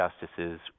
justices